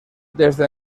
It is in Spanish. desde